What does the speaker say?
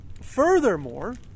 Furthermore